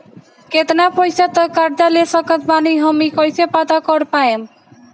केतना पैसा तक कर्जा ले सकत बानी हम ई कइसे पता कर पाएम?